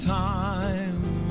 time